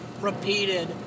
repeated